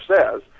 says